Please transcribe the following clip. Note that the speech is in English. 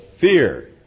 fear